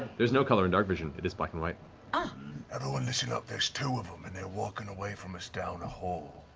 there's no color in darkvision. it's black and white. travis ah everyone listen up. there's two of them and they're walking away from us down a hall.